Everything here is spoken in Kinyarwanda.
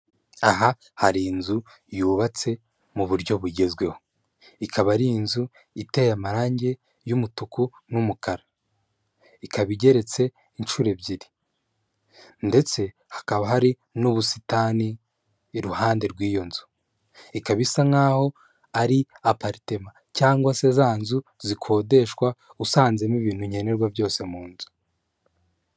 Aha hari inzu yubatse mu buryo bugezweho, ikaba ari inzu iteye amarangi y'umutuku n'umukara ikaba igeretse inshuro ebyiri ndetse hakaba hari n'ubusitani iruhande rw'iyo nzu ikaba isa nkaho ari apartment cyangwa se za nzu zikodeshwa usanzemo ibintu nkenerwa byose mu nzu.